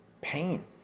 pain